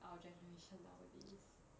our generation nowadays